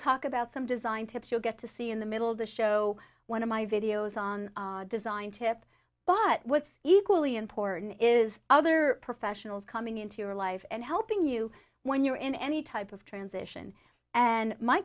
talk about some design tips you'll get to see in the middle of the show one of my videos on design tips but what's equally important is other professionals coming into your life and helping you when you're in any type of transition and my